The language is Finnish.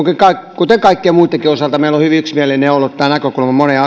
kuten kaikkien muittenkin osalta meillä on ollut hyvin yksimielinen näkökulma moneen